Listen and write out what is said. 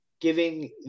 giving